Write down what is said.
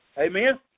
amen